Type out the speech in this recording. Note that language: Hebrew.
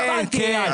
לא הבנתי.